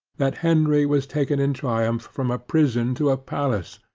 that henry was taken in triumph from a prison to a palace,